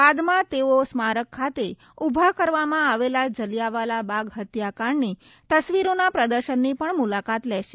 બાદમાં તેઓ સ્મારક ખાતે ઉભા કરવામાં આવેલા જલીયાવાલા બાગ હત્યાકાંડની તસ્વીરોના પ્રદર્શનની પણ મુલાકાત લેશે